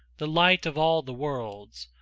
the light of all the worlds,